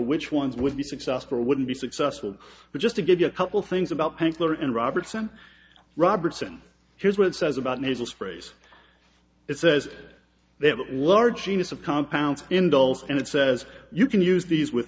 which ones with the successful wouldn't be successful but just to give you a couple things about banks that are in robertson robertson here's what it says about nasal sprays it says they have a large genus of compounds in dolls and it says you can use these with